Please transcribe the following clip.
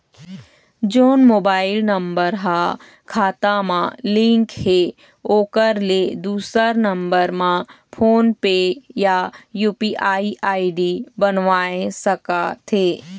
जोन mobile number हा खाता मा लिन्क हे ओकर ले दुसर नंबर मा फोन पे या यू.पी.आई आई.डी बनवाए सका थे?